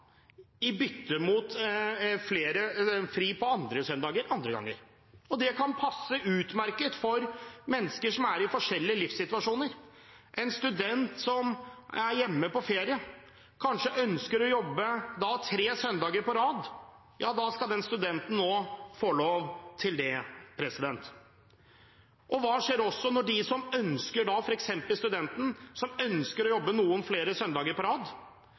i bytte mot fri på andre søndager andre ganger. Det kan passe utmerket for mennesker i forskjellige livssituasjoner. En student som er hjemme på ferie og kanskje ønsker å jobbe tre søndager på rad, skal nå få lov til det. Og hva skjer også når de som ønsker å jobbe noen flere søndager på rad,